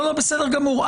בסדר גמור.